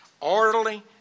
Orderly